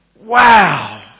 Wow